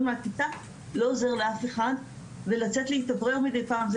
מהכיתה לא עוזר לאף אחד ולצאת להתאוורר מדי פעם,